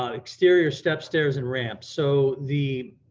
um exterior steps, stairs and ramps, so the